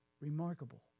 remarkable